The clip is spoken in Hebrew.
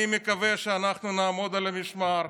אני מקווה שאנחנו נעמוד על המשמר,